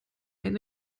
ein